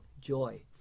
joy